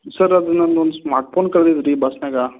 sir ಅದು ನಂದೊಂದು smartphone ಕಳ್ದೈತಿ ರೀ ಬಸ್ನ್ಯಾಗ